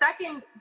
second